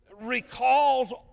recalls